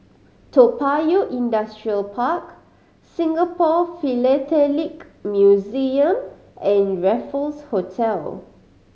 Toa Payoh Industrial Park Singapore Philatelic Museum and Raffles Hotel